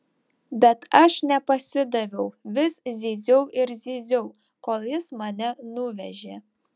bet aš nepasidaviau vis zyziau ir zyziau kol jis mane nuvežė